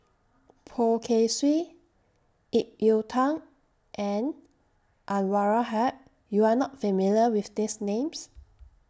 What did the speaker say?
Poh Kay Swee Ip Yiu Tung and Anwarul Haque YOU Are not familiar with These Names